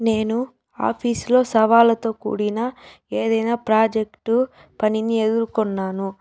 నేను ఆఫీసు లో సవాళ్ళతో కూడిన ఏదైనా ప్రాజెక్టు పనిని ఎదుర్కొన్నాను